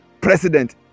president